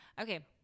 Okay